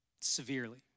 severely